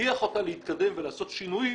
שמכריח אותה להתקדם ולעשות שינויים,